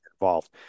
involved